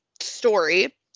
story